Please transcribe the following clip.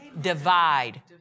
Divide